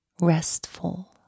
restful